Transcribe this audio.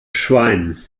schwein